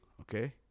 Okay